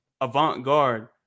avant-garde